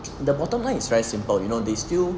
the bottom line is very simple you know they still